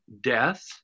death